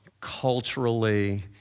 culturally